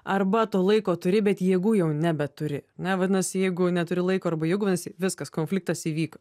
arba to laiko turi bet jėgų jau nebeturi na vadinasi jeigu neturi laiko arba jėgų vadinasi viskas konfliktas įvyko